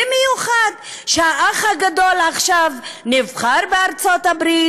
במיוחד ש"האח הגדול" עכשיו נבחר בארצות-הברית